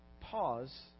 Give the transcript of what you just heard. pause